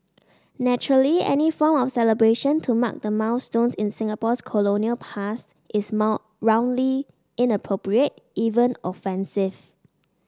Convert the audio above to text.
naturally any form of celebration to mark the milestones in Singapore's colonial past is mount roundly inappropriate even offensive